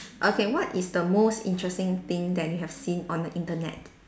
okay what is the most interesting thing that you have seen on the Internet